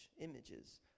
images